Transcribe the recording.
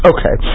Okay